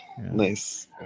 Nice